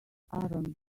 aaron